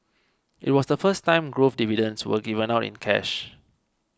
it was the first time growth dividends were given out in cash